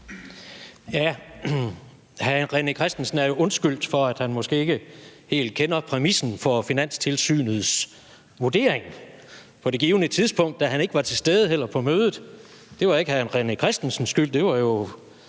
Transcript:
(RV): Hr. René Christensen er jo undskyldt for, at han måske ikke helt kender præmissen for Finanstilsynets vurdering på det givne tidspunkt, da han ikke var til stede heller på mødet. Det var ikke hr. René Christensens skyld, det var jo